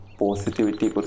positivity